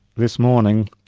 this morning,